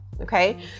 Okay